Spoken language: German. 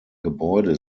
gebäude